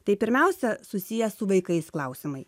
tai pirmiausia susiję su vaikais klausimai